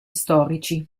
storici